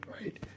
right